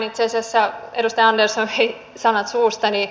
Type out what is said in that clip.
itse asiassa edustaja andersson vei sanat suustani